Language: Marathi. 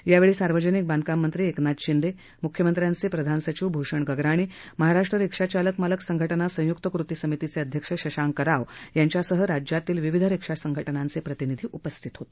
यावेळी सार्वजनिक बांधकाम मंत्री एकनाथ शिंदे म्ख्यमंत्र्यांचे प्रधान सचिव भूषण गगराणी महाराष्ट्र रिक्षा चालक मालक संघटना संयुक्त कृती समितीचे अध्यक्ष शशांक राव यांच्यासह राज्यातील विविध रिक्षा संघटनांचे प्रतिनिधी उपस्थित होते